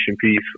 piece